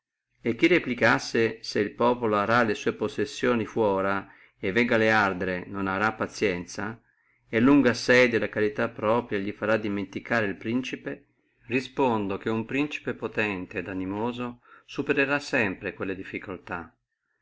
e chi replicasse se il populo arà le sue possessioni fuora e veggale ardere non ci arà pazienza et il lungo assedio e la carità propria li farà sdimenticare el principe respondo che uno principe potente et animoso supererà sempre tutte quelle difficultà